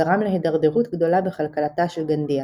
גרם להידרדרות גדולה בכלכלתה של גנדיה.